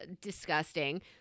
disgusting